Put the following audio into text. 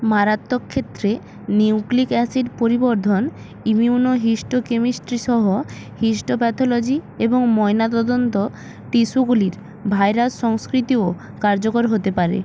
মারাত্মক ক্ষেত্রে nucleic acid পরিবর্ধন ইমিউনোহিস্টোকেমিস্ট্রি সহ হিস্টোপ্যাথোলজি এবং ময়নাতদন্ত টিস্যুগুলির ভাইরাস সংস্কৃতিও কার্যকর হতে পারে